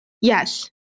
Yes